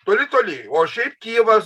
toli toli o šiaip kijevas